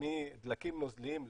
מדלקים נוזליים לפחם,